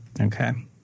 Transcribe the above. Okay